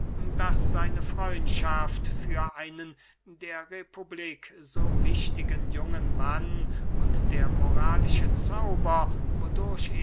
daß seine freundschaft für einen der republik so wichtigen jungen mann und der moralische zauber wodurch